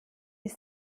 ist